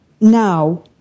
now